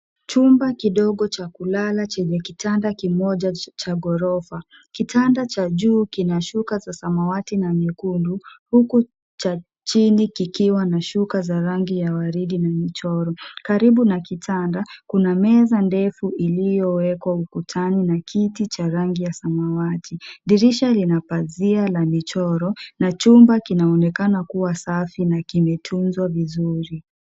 Chumba kidogo cha kulala chenye kitanda kimoja cha ghorofa. Kitanda cha juu kina shuka za samawati na nyekundu, huku cha chini kikiwa na shuka za rangi ya waridi na michoro. Karibu na kitanda, kuna meza ndefu iliyowekwa ukutani na kiti cha rangi ya samawati. Dirisha lina pazia la michoro na chumba kinaonekana kuwa safi na kimetunzwa vizuri.